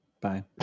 Bye